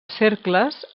cercles